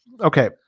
Okay